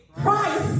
price